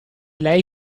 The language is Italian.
lei